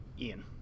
Ian